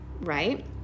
Right